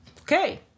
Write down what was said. Okay